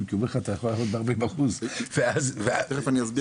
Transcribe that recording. כי הוא אומר לך שאתה יכול לעבוד כ-40% וזה הברוך,